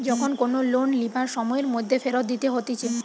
যখন কোনো লোন লিবার সময়ের মধ্যে ফেরত দিতে হতিছে